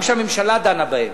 גם שהממשלה דנה בהן,